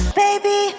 baby